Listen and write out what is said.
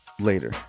later